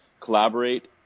collaborate